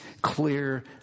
clear